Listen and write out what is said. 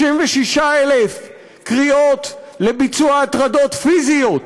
36,000 קריאות לביצוע הטרדות פיזיות בנשים,